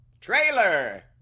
trailer